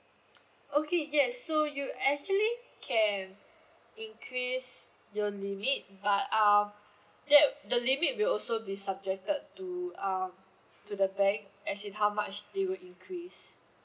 okay yes so you actually can increase your limit but um that the limit will also be subjected to um to the bank as in how much they will increase